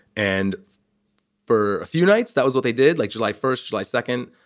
and for a few nights, that was what they did, like july first, july second.